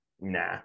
nah